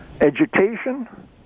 education